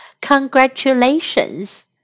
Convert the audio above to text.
Congratulations